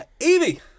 Evie